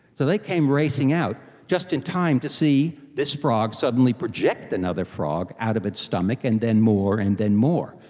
so they came racing out just in time to see this frog suddenly project another frog out of its stomach and then more and then more.